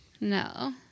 No